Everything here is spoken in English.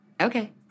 Okay